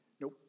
nope